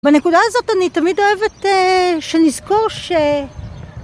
בנקודה הזאת אני תמיד אוהבת שנזכור ש...